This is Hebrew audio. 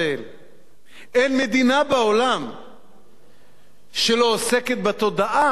אין מדינה בעולם שלא עוסקת בתודעה להגנה,